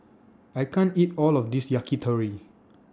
I can't eat All of This Yakitori